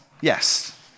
yes